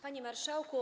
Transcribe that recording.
Panie Marszałku!